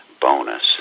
bonus